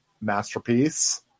masterpiece